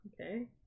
Okay